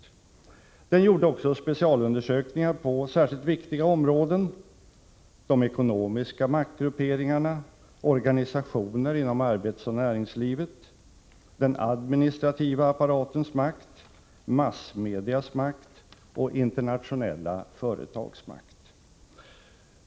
Utredningen gjorde också specialundersökningar på särskilt viktiga områden: de ekonomiska maktgrupperingarna, organisationer inom arbetsoch näringslivet, den administrativa apparatens makt, massmedias makt och internationella företags makt.